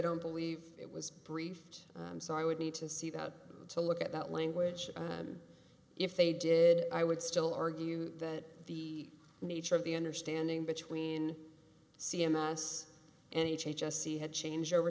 don't believe it was briefed so i would need to see that to look at that language and if they did i would still argue that the nature of the understanding between c m s and h h s he had changed over